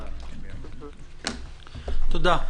תודה.